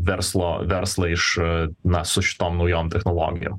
verslo verslą iš su šitom naujom technologijom